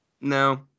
no